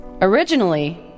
Originally